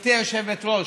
גברתי היושבת-ראש,